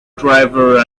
driver